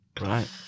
Right